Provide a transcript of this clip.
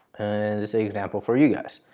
and just a example for you guys.